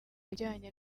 bijyanye